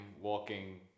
walking